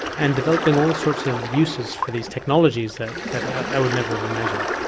and developing all sorts of uses for these technologies that that i would never have imagined.